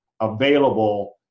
available